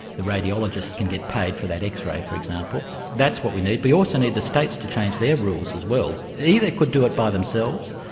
the radiologist can get paid for that x-ray, for example. that's what we need. we also need the states to change their rules as well. they could do it by themselves,